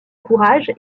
courage